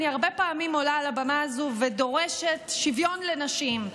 אני הרבה פעמים עולה על הבמה הזו ודורשת שוויון לנשים.